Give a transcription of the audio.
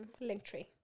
Linktree